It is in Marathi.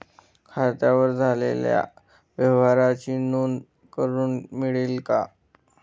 खात्यावर झालेल्या व्यवहाराची नोंद करून मिळेल का?